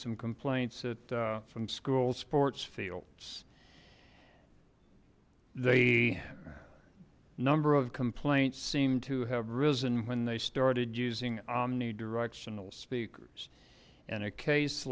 some complaints that from school sports fields the number of complaints seemed to have risen when they started using omnidirectional speakers and a case